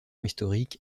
historique